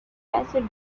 bassett